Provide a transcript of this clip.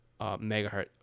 megahertz